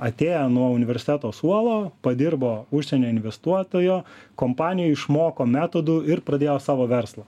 atėję nuo universiteto suolo padirbo užsienio investuotojo kompanijoj išmoko metodų ir pradėjo savo verslą